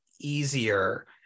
easier